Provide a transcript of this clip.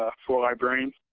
ah for librarians.